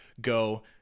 go